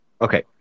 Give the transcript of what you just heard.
Okay